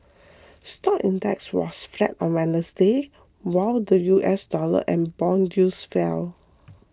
stock index was flat on Wednesday while the U S dollar and bond yields fell